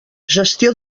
gestió